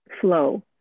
flow